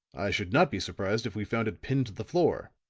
i should not be surprised if we found it pinned to the floor.